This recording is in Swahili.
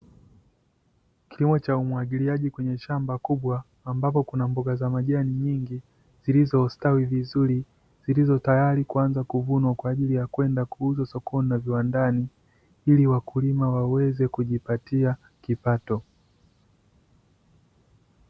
Kilimo cha umwagiliaji kwenye shamba kubwa, ambapo kuna mboga za majani nyingi zilizositawi vizuri, zilizo tayari kuanza kuvunwa kwa ajili ya kwenda kuuzwa sokoni na viwandani, ili wakulima waweze kujipatia kipato.